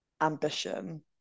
ambition